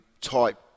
type